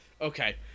Okay